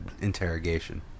interrogation